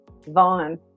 Vaughn